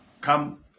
come